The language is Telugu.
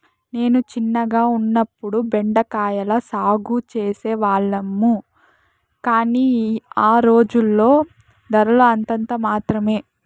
నేను చిన్నగా ఉన్నప్పుడు బెండ కాయల సాగు చేసే వాళ్లము, కానీ ఆ రోజుల్లో ధరలు అంతంత మాత్రమె